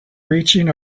reaching